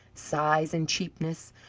size and cheapness,